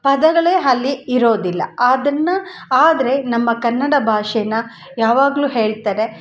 ಪದಗಳೇ ಅಲ್ಲಿ ಇರೋದಿಲ್ಲ ಆದನ್ನು ಆದರೆ ನಮ್ಮ ಕನ್ನಡ ಭಾಷೆ ಯಾವಾಗಲೂ ಹೇಳ್ತಾರೆ